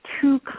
two